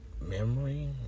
memory